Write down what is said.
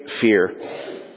fear